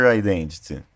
identity